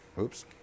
Oops